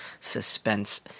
suspense